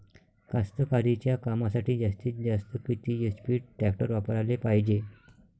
कास्तकारीच्या कामासाठी जास्तीत जास्त किती एच.पी टॅक्टर वापराले पायजे?